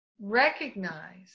recognize